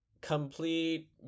complete